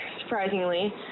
surprisingly